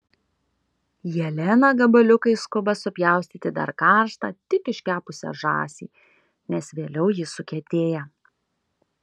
jelena gabaliukais skuba supjaustyti dar karštą tik iškepusią žąsį nes vėliau ji sukietėja